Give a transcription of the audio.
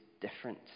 different